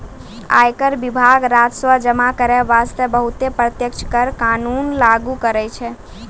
आयकर विभाग राजस्व जमा करै बासतें बहुते प्रत्यक्ष कर कानून लागु करै छै